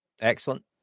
Excellent